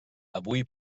avui